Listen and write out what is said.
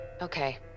Okay